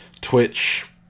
twitch